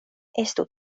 estu